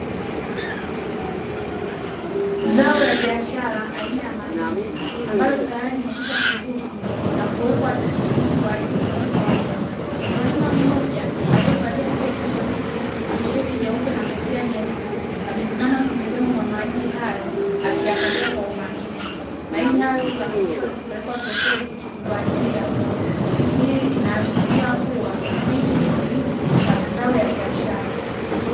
Zao la biashara aina ya mahindi ambalo tayari limekwisha kuvunwa na kuwekwa chini kwa ajili ya kukauka. Mkulima mmoja aliyevalia sketi nyeusi, tisheti nyeupe na kofia nyeupe; amesimama pembezoni mwa mahindi hayo akiyakagua kwa umakini. Mahindi hayo huafirishwa na kupelekwa sokoni kwa ajili ya kuuzwa. Hii inaashiria kuwa hichi ni kilimo cha mazao ya biashara.